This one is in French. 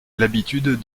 l’habitude